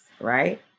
right